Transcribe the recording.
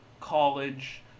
college